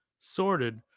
sorted